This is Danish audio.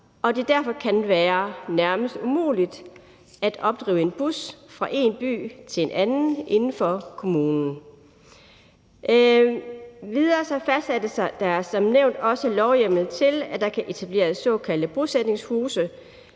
kan det være nærmest umuligt at opdrive en bus fra en by til en anden inden for kommunen. Endvidere fastsættes der som nævnt også lovhjemmel til, at der kan etableres såkaldte bosætningshuse.